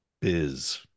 biz